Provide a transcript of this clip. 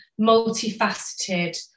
multifaceted